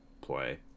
play